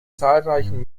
zahlreichen